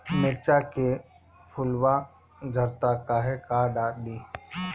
मिरचा के फुलवा झड़ता काहे का डाली?